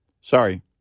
sorry